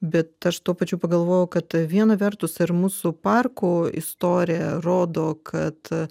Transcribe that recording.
bet aš tuo pačiu pagalvojau kad viena vertus ir mūsų parkų istorija rodo kad